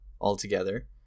altogether